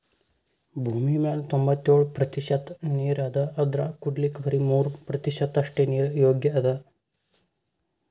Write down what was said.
ಭೂಮಿಮ್ಯಾಲ್ ತೊಂಬತ್ತೆಳ್ ಪ್ರತಿಷತ್ ನೀರ್ ಅದಾ ಅದ್ರಾಗ ಕುಡಿಲಿಕ್ಕ್ ಬರಿ ಮೂರ್ ಪ್ರತಿಷತ್ ಅಷ್ಟೆ ನೀರ್ ಯೋಗ್ಯ್ ಅದಾ